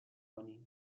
کنی